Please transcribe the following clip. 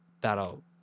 that'll